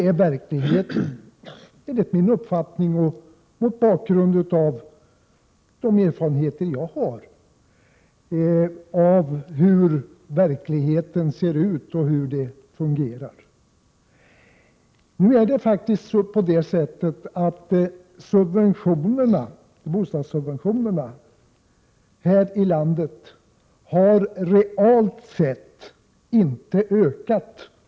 Så ser verkligheten ut enligt min mening — detta säger jag mot bakgrund av de erfarenheter jag har och med kännedom om hur det hela fungerar. Nu är det faktiskt på det sättet att bostadssubventionerna här i landet realt sett inte har ökat.